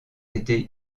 été